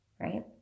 right